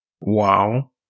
Wow